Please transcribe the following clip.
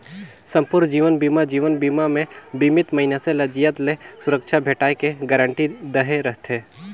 संपूर्न जीवन बीमा जीवन बीमा मे बीमित मइनसे ल जियत ले सुरक्छा भेंटाय के गारंटी दहे रथे